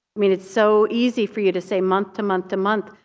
i mean it's so easy for you to say month, to month, to month,